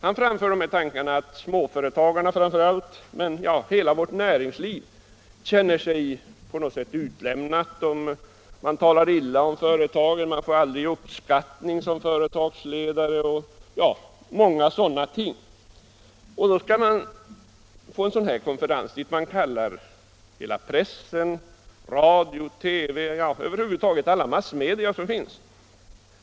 Han framför den tanken att hela vårt näringsliv och framför allt småföretagarna känner sig på något sätt utlämnade, att det talas illa om företagen, att man aldrig får någon uppskattning som företagsledare. Man skulle enligt motionären ordna en konferens, dit man kallar pressen, radio och TV och över huvud taget alla massmedia som finns.